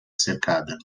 cercada